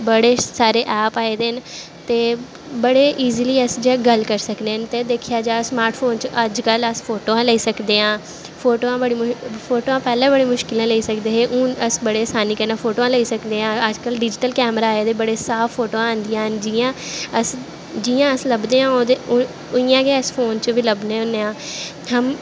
बड़े सारे ऐप आए दे न ते बड़े ईजली अस गल्ल करी सकनें न ते दिक्खेआ जा स्मार्ट फोन च अज्जकल अस फोटोआं लेई सकदे आं फोटोआं फोटोआं पैह्लें बड़े मुश्कलें लेई सकदे हे हून अस बड़े असानी कन्नै अस फोटोआं लेई सकने आं अज्जकल डिजटल कैमरे आए दे बड़े साफ फोटोआं आंदियां न जियां अस जियां अस लब्भदे आं ओह्दे उ'आं गै अस फोन च लब्भने आं